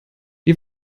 wir